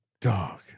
Dog